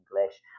english